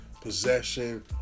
possession